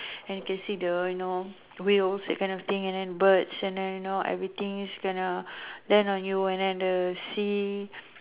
and you can see the you know whales that kind of thing and birds and then you know everything is gonna then when you on at the sea